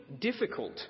difficult